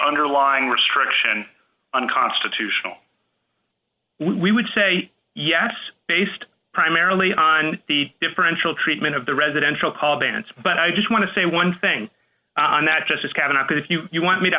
underlying restriction unconstitutional we would say yes based primarily on the differential treatment of the residential call dance but i just want to say one thing on that just as cabinet if you want me to